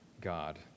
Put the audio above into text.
God